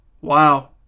Wow